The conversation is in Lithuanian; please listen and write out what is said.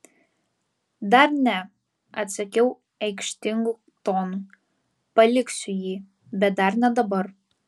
dar ne atsakiau aikštingu tonu paliksiu jį bet dar ne dabar